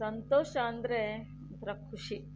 ಸಂತೋಷ ಅಂದರೆ ಒಂಥರ ಖುಷಿ